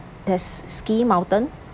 that's ski mountain